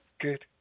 good